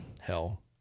hell